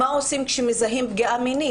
מה עושים כשמזהים פגיעה מינית?